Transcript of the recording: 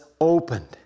opened